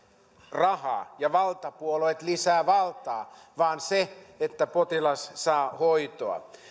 rahaa ja valtapuolueet lisää valtaa vaan se että potilas saa hoitoa